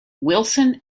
wilson